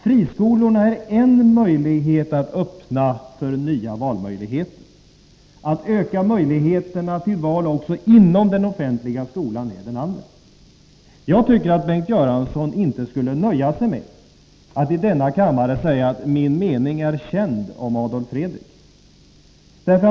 Friskolorna är en väg att öppna nya valmöjligheter. Att öka möjligheterna till val också inom den offentliga skolan är den andra vägen. Jag tycker att Bengt Göransson inte skall nöja sig med att i denna-kammare säga att hans mening om Adolf Fredrik är känd.